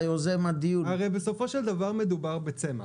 הרי בסופו של דבר, מדובר בצמח.